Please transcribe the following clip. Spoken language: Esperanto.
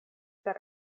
per